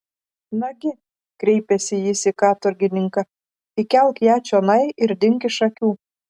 nagi kreipėsi jis į katorgininką įkelk ją čionai ir dink iš akių